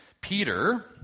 Peter